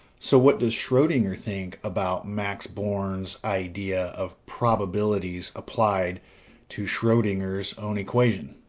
so what does schrodinger think about max born's idea of probabilities applied to schrodinger's own equation?